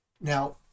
Now